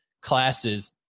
classes